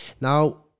Now